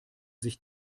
sich